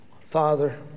Father